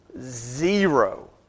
zero